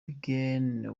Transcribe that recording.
began